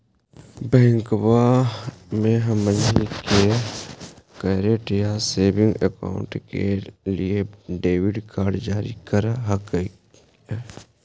बैंकवा मे हमनी के करेंट या सेविंग अकाउंट के लिए डेबिट कार्ड जारी कर हकै है?